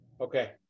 okay